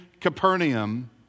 Capernaum